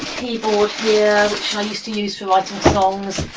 keyboard here which i used to use for writing songs.